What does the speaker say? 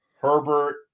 Herbert